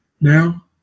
Now